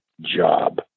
job